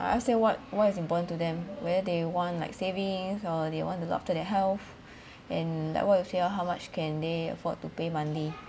I ask them what what is important to them where they want like savings or they want to look after their health and like what you say oh how much can they afford to pay monthly